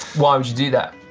why would you do that?